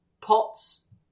pots